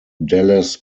dallas